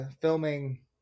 filming